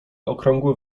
okrągłe